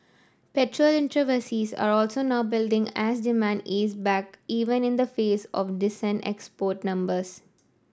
petrol inventories are also now building as demand ease back even in the face of decent export numbers